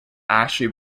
actually